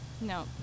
no